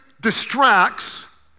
distracts